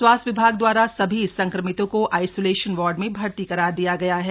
स्वास्थ्य विभाग द्वारा सभी संक्रमितों को आइसोलेशन वार्ड में भर्ती करा दिया है